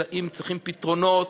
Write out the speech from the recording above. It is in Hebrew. אלא אם צריכים פתרונות.